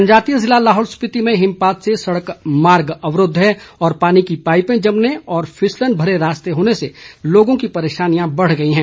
जनजातीय जिला लाहौल स्पिति में हिमपात से सड़क मार्ग अवरूद्ध हैं और पानी की पाईपें जमने व फिसलन भरे रास्ते होने से लोगों की परेशानियां बढ़ गई हैं